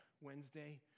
Wednesday